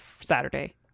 Saturday